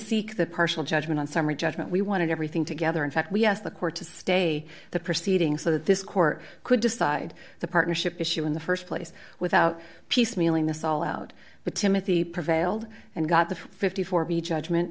seek the partial judgment on summary judgment we wanted everything together in fact we asked the court to stay the proceeding so that this court could decide the partnership issue in the st place without piecemealing this all out but timothy prevailed and got the fifty four b judgment